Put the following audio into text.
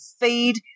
feed